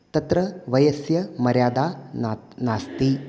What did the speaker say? तत्र वयस्य मर्यादा न नास्ति